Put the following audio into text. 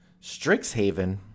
Strixhaven